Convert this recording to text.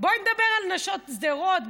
בואי נדבר על נשות שדרות,